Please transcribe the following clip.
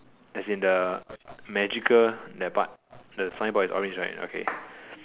as in the magical that part the signboard is orange right okay